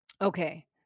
okay